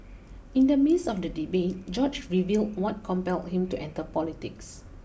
in the midst of the debate George revealed what compelled him to enter politics